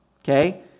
Okay